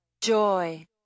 Joy